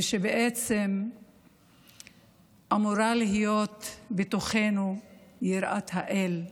ושבעצם אמורה להיות בתוכנו יראת האל.